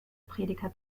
prediger